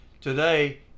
today